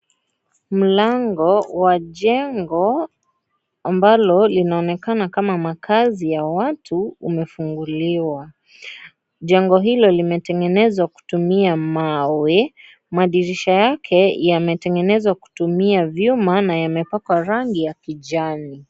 Mlango wa jengo ambalo linaonekana kama makazi ya watu umefunguliwa jengo hili limetengenezwa kutumia mawe madirisha yake yametengenezwa kutumia vyuma na yamepakwa rangi ya kijani.